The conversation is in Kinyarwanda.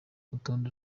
urutonde